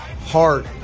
heart